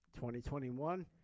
2021